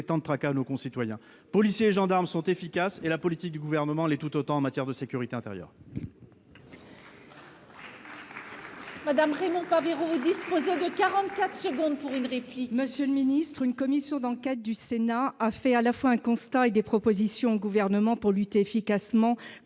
tant de tracas à nos concitoyens, policiers et gendarmes sont efficaces et la politique du gouvernement, l'est tout autant en matière de sécurité intérieure.